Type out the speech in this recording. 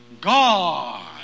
God